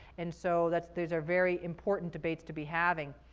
and so that's, those are very important debates to be having,